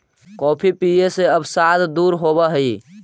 coffee पीये से अवसाद दूर होब हई